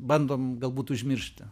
bandom galbūt užmiršti